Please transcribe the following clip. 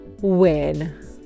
win